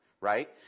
right